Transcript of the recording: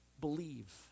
believe